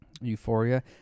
Euphoria